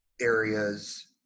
areas